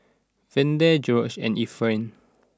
Verdell Greggory and Efrain